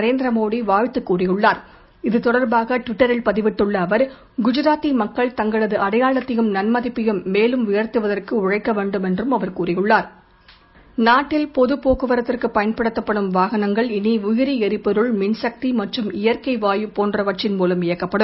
நரேந்திர மோடி வாழ்த்து கூறியுள்ளார் இது தொடர்பாக ட்விட்டரில் பதிவிட்டுள்ள அவர் குஜராத்தி மக்கள் தங்களது அடையாளத்தையும் நன்மதிப்பையும் மேலும் உயர்த்துவதற்கு உழைக்க வேண்டும் என்று அவர் கூறியுள்ளார் நாட்டில் பொது போக்குவரத்துக்கு பயன்படுத்தப்படும் வாகனங்கள் இனி உயிரி எரிபொருள் மின்சக்தி மற்றும் இயற்கை வாயு போன்றவற்றின் மூலம் இயக்கப்படும்